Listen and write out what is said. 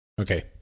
Okay